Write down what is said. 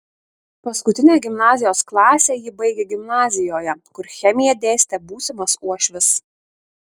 paskutinę gimnazijos klasę ji baigė gimnazijoje kur chemiją dėstė būsimas uošvis